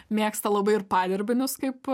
mėgsta labai ir padirbinius kaip